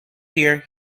year